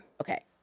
Okay